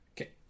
Okay